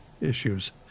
issues